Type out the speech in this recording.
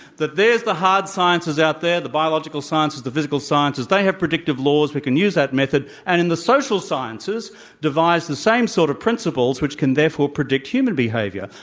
that there's the hard sciences out there, the biological sciences, the physical sciences. they have predictive laws. we can use that method. and and the social sciences devise the same sort of principles which can therefore predict human behavior.